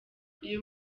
uyu